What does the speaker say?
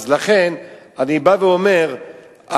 לכן אני בא ואומר,